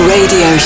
Radio